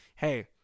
Hey